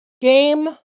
game